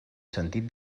sentit